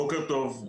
בוקר טוב.